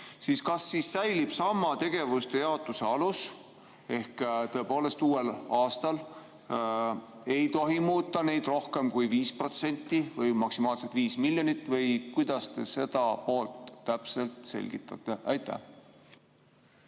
kas siis säilib sama tegevuste jaotuse alus, ehk tõepoolest uuel aastal ei tohi muuta neid rohkem kui 5% või maksimaalselt 5 miljonit? Või kuidas te seda poolt täpselt selgitate? Suur